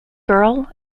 girl